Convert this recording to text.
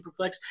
Superflex